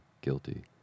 guilty